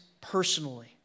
personally